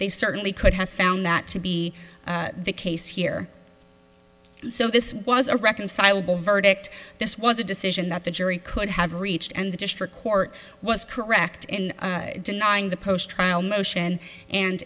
they certainly could have found that to be the case here so this was a reconcilable verdict this was a decision that the jury could have reached and the district court was correct in denying the post trial motion and